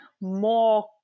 more